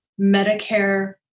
Medicare